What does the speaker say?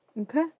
Okay